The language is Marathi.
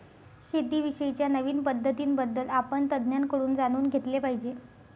शेती विषयी च्या नवीन पद्धतीं बद्दल आपण तज्ञांकडून जाणून घेतले पाहिजे